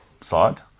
side